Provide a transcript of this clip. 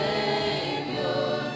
Savior